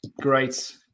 Great